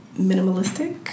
minimalistic